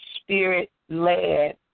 spirit-led